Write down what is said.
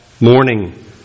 morning